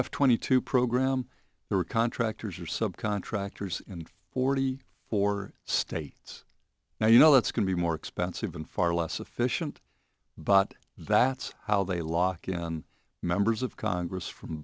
f twenty two program there are contractors or subcontractors in forty four states now you know that's going to be more expensive and far less efficient but that's how they lock in members of congress from